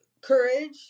courage